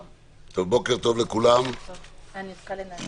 בוקר טוב, אני מתכבד לפתוח את הישיבה.